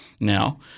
now